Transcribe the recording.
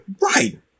Right